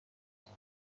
صحبت